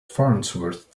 farnsworth